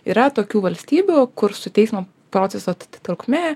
yra tokių valstybių kur su teismo proceso trukme